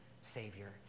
Savior